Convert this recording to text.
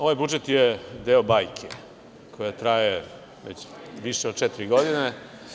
Ovaj budžet je deo bajke koja traje već više od četiri godine.